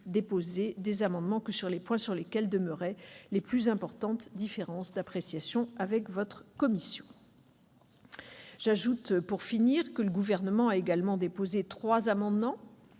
J'ajoute, pour finir, que le Gouvernement a déposé trois amendements